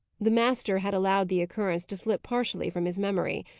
the master had allowed the occurrence to slip partially from his memory.